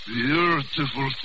beautiful